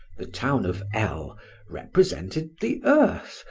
the town of l represented the earth,